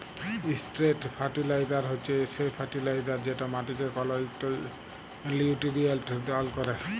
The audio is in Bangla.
ইসট্রেট ফারটিলাইজার হছে সে ফার্টিলাইজার যেট মাটিকে কল ইকট লিউটিরিয়েল্ট দাল ক্যরে